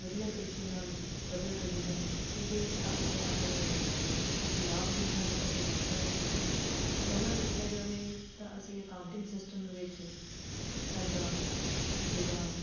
ਵਧੀਆ ਤਰੀਕੇ ਨਾਲ ਬਦਲ ਰਹੀ ਹੈ ਇਹਦੇ ਆਪਣੇ ਆਪਣੇ ਕੁਛ ਲਾਭ ਵੀ ਹਨ ਅਤੇ ਹਾਨੀਆਂ ਵੀ ਹਨ ਪਹਿਲਾਂ ਦੇਖਿਆ ਜਾਵੇ ਤਾਂ ਅਸੀਂ ਅਕਾਊਂਟਿੰਗ ਸਿਸਟਮ ਵਿੱਚ ਸਾਡਾ ਜਿਹੜਾ